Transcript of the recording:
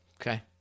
Okay